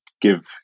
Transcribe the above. give